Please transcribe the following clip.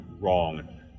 wrong